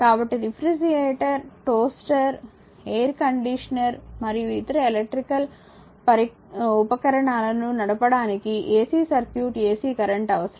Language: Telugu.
కాబట్టి రిఫ్రిజిరేటర్ టోస్టర్ ఎయిర్ కండీషనర్ మరియు ఇతర ఎలక్ట్రికల్ ఉపకరణాలను నడపడానికి ఎసి సర్క్యూట్ ఎసి కరెంట్ అవసరం